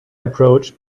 approach